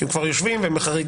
כי הם כבר יושבים, והם בחריגה.